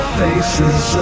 faces